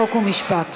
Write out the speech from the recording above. חוק ומשפט